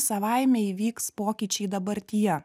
savaime įvyks pokyčiai dabartyje